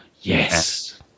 Yes